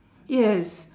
yes